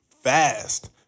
fast